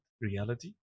reality